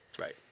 Right